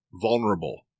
vulnerable